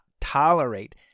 tolerate